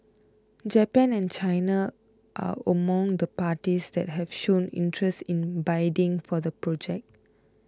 Japan and China are among the parties that have shown interest in bidding for the project